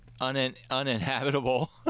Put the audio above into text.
uninhabitable